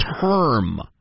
term